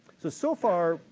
so, so far,